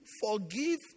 forgive